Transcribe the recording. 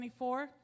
24